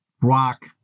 rock